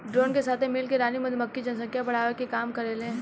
drone के साथे मिल के रानी मधुमक्खी जनसंख्या बढ़ावे के काम करेले